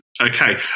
Okay